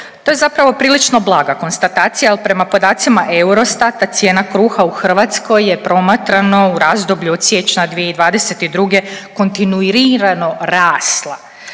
To je zapravo prilično blaga konstatacija jer prema podacima EUrostata cijena kruha u Hrvatskoj je, promatrano u razdoblju od siječnja 2022. kontinurirano rasla